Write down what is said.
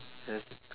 yes